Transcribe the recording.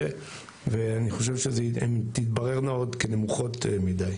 ואני חושב שהן תתבררנה עוד כנמוכות מידי.